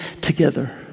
together